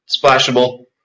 Splashable